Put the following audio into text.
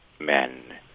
men